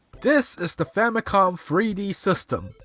this is the famicom three d system.